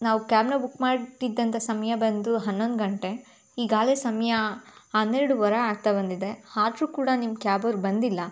ನಾವು ಕಾಬ್ನ ಬುಕ್ ಮಾಡಿದ್ದಂಥ ಸಮಯ ಬಂದು ಹನ್ನೊಂದು ಗಂಟೆ ಈಗಾಗಲೇ ಸಮಯ ಹನ್ನೆರಡೂವರೆ ಆಗ್ತಾ ಬಂದಿದೆ ಆದ್ರೂ ಕೂಡ ನಿಮ್ಮ ಕ್ಯಾಬವ್ರು ಬಂದಿಲ್ಲ